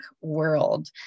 world